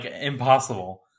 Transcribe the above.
impossible